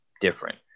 different